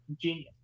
genius